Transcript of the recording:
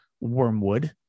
wormwood